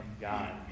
God